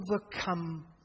overcome